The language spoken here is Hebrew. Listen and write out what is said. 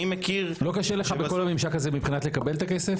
לא קשה לך בכל הממשק הזה מבחינת לקבל את הכסף?